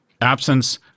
absence—